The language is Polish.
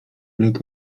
ryk